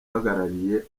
ahagarariye